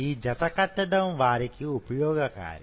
ఈ జత కట్టడం వారికి ఉపయోగకారి